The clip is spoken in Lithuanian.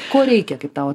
ko reikia kaip tau